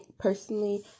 personally